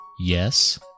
yes